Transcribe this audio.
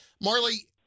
Marley